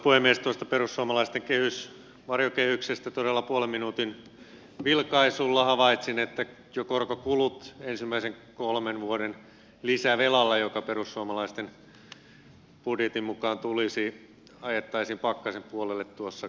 tuosta perussuomalaisten varjokehyksestä todella puolen minuutin vilkaisulla havaitsin että jo korkokuluilla ensimmäisen kolmen vuoden lisävelalla joka perussuomalaisten budjetin mukaan tulisi ajettaisiin pakkasen puolelle tuossa kehyskaudella